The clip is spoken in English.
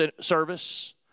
service